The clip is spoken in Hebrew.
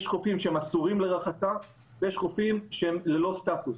יש חופים שאסורים לרחצה ויש חופים שהם ללא סטטוס,